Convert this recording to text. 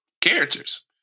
characters